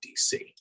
DC